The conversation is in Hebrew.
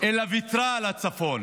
אלא ויתרה על הצפון.